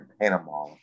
Panama